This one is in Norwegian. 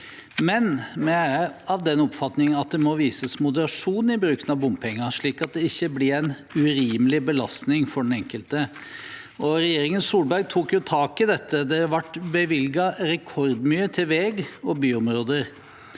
er vi av den oppfatning at det må vises moderasjon i bruken av bompenger, slik at det ikke blir en urimelig belastning for den enkelte. Regjeringen Solberg tok tak i dette, og det ble bevilget rekordmye til vei og byområder.